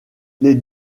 les